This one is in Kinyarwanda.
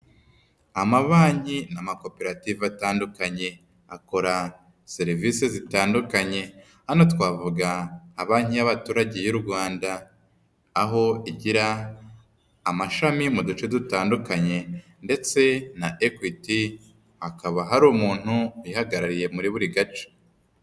Amabanki n'amakoperative atandukanye akora serivise zitandukanye, hano twavuga nka Banki y'Abaturage y'u Rwanda, aho igira amashami mu duce dutandukanye ndetse na Equity, hakaba hari umuntu uyihagarariye muri buri gace.